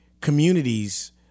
communities